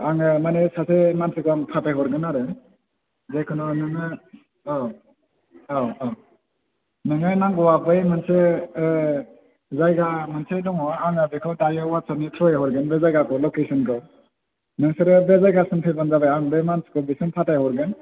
आङो माने सासे मानसिखौ आं फाथायहरगोन आरो जिखुनु नोङो औ औ औ नोङो नांगौबा बै मोनसे जायगा मोनसे दङ आङो बेखौ दायो वाट्सेपनि थ्रुयै हरगोन बे जायगाखौ लकेस'नखौ नोंसोरो बे जायगासिम फैबानो जाबाय आं बे मानसिखौ बेसिम फाथाय हरगोन